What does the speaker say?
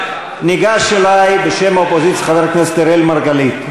ניגש אלי בשם האופוזיציה חבר הכנסת אראל מרגלית.